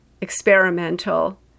experimental